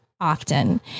often